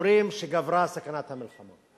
אומרים שגברה סכנת המלחמה.